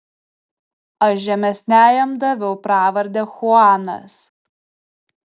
aš žemesniajam daviau pravardę chuanas